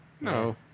No